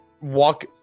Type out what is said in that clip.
walk